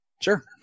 Sure